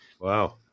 Wow